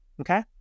Okay